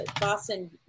Boston